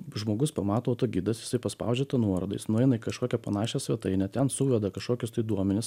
žmogus pamato autogidas isai paspaudžia tą nuorodą jis nueina į kažkokią panašią svetainę ten suveda kašokius duomenis